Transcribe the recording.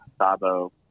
Sabo